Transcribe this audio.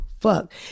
Fuck